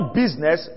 business